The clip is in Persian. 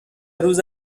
روز